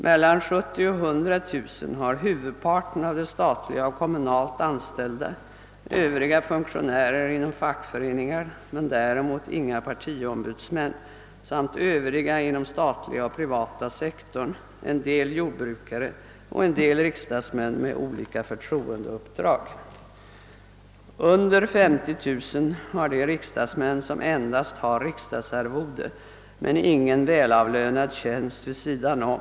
Mellan 70 000 och 100 000 finns huvudparten av de statligt och kommunalt anställda, övriga funktionärer inom fackföreningar. Men däremot inga partiombudsmän samt övriga inom den statliga och privata sektorn. En del jordbrukare och en del riksdagsmän med olika förtroendeuppdrag får också räknas hit. Under 50 000 kronor har de riksdagsmän som endast har riksdagsarvode men ingen välavlönad tjänst vid sidan om.